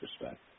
respect